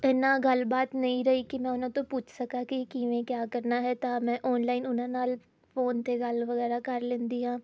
ਇੰਨਾ ਗੱਲ ਬਾਤ ਨਹੀਂ ਰਹੀ ਕਿ ਮੈਂ ਉਹਨਾਂ ਤੋਂ ਪੁੱਛ ਸਕਾਂ ਕਿ ਕਿਵੇਂ ਕਿਆ ਕਰਨਾ ਹੈ ਤਾਂ ਮੈਂ ਔਨਲਾਈਨ ਉਹਨਾਂ ਨਾਲ ਫੋਨ 'ਤੇ ਗੱਲ ਵਗੈਰਾ ਕਰ ਲੈਂਦੀ ਹਾਂ